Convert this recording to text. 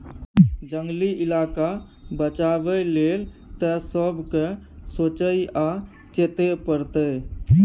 जंगली इलाका बचाबै लेल तए सबके सोचइ आ चेतै परतै